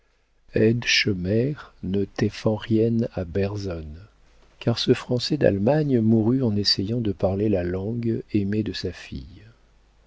che meirs ne teffant rienne à berzonne car ce français d'allemagne mourut en essayant de parler la langue aimée de sa fille